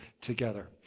together